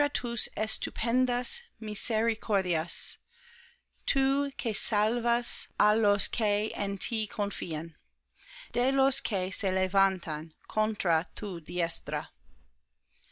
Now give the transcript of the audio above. que salvas á los que en ti confían de los que se levantan contra tu diestra